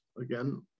again